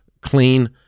Clean